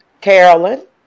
Carolyn